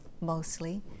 mostly